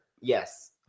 Yes